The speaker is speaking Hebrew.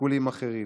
שיקולים אחרים.